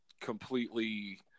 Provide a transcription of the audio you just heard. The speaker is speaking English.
completely